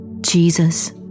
Jesus